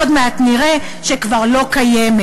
עוד מעט נראה שהיא כבר לא קיימת.